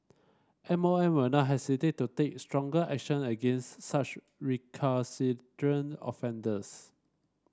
M O M will not hesitate to take stronger action against such recalcitrant offenders